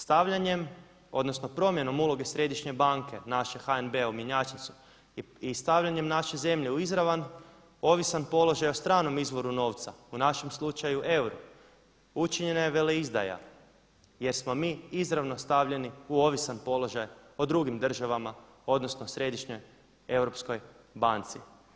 Stavljanjem odnosno promjenom uloge Središnje banke našeg HNB-a u mjenjačnicu i stavljanjem naše zemlje u izravan ovisan položaj o stranom izvoru novca, u našem slučaju euru, učinjena je veleizdaja jer smo mi izravno stavljeni u ovisan položaj o drugim državama odnosno Središnjoj europskoj banci.